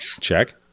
Check